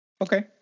Okay